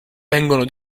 vengono